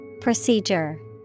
Procedure